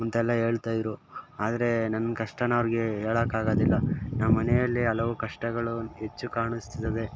ಅಂತ ಎಲ್ಲ ಹೇಳ್ತಾ ಇದ್ದರು ಆದರೆ ನನ್ನ ಕಷ್ಟಾನ ಅವ್ರಿಗೆ ಹೇಳೋಕಾಗದಿಲ್ಲ ನಮ್ಮ ಮನೆಯಲ್ಲಿ ಹಲವು ಕಷ್ಟಗಳು ಹೆಚ್ಚು ಕಾಣಿಸ್ತಿದಾವೆ